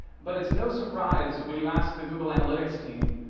but it's no surprise when you ask the google analytics team,